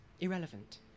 irrelevant